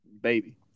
baby